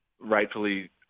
rightfully